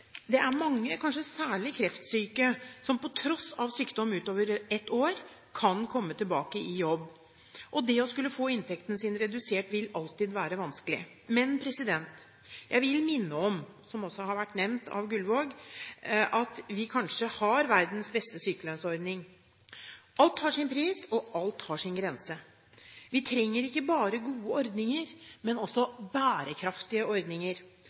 Det er mange, kanskje særlig kreftsyke, som på tross av sykdom utover ett år kan komme tilbake i jobb, og det å skulle få inntekten sin redusert vil alltid være vanskelig. Men jeg vil minne om, noe som også har vært nevnt av Gullvåg, at vi kanskje har verdens beste sykelønnsordning. Alt har sin pris, og alt har sin grense. Vi trenger ikke bare gode ordninger, men også bærekraftige ordninger,